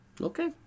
Okay